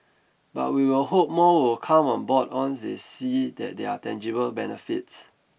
but we will hope more will come on board on they see that there are tangible benefits